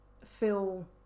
Feel